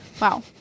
wow